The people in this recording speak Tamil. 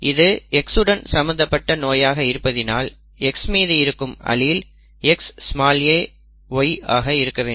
இது X உடன் சம்பந்தப்பட்ட நோயாக இருப்பதினால் X மீது இருக்கும் அலீல் XaY ஆக இருக்க வேண்டும்